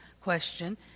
question